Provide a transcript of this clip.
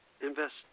invest